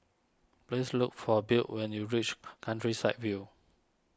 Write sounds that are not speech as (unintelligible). please look for Beau when you reach (unintelligible) Countryside View